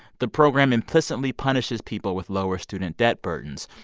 the program implicitly punishes people with lower student debt burdens.